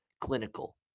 clinical